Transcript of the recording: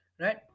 Right